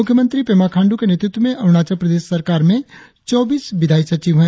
मुख्यमंत्री पेमा खाण्डु के नेतृत्व में अरुणाचल प्रदेश सरकार में चौबीस विधायी सचिव है